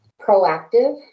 proactive